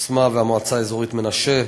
בסמה והמועצה האזורית מנשה,